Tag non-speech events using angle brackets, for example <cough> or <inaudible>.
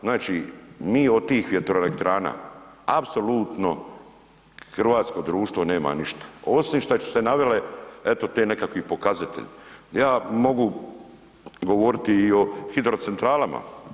Znači mi od tih vjetrolektrana apsolutno hrvatsko društvo nema ništa, osim što ... <unintelligible> navele, eto te nekakvi pokazatelj, ja mogu govoriti i o hidrocentralama.